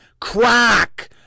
crack